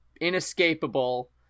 inescapable